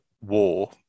war